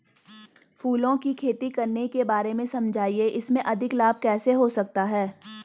फूलों की खेती करने के बारे में समझाइये इसमें अधिक लाभ कैसे हो सकता है?